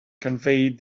conveyed